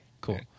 cool